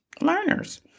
learners